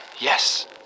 Yes